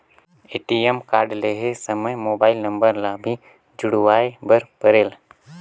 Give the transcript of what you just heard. ATM card लहे समय mobile number ला भी जुड़वाए बर परेल?